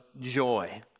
joy